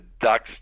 Ducks